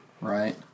right